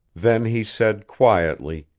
then he said quietly